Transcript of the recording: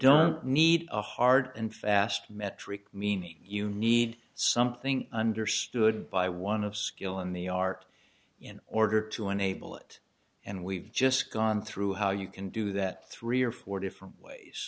don't need a hard and fast metric meaning you need something understood by one of skill in the art in order to enable it and we've just gone through how you can do that three or four different ways